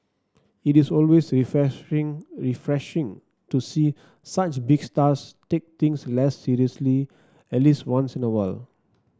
it is always refreshing to see such big stars take things less seriously at least once in a while